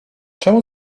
czemu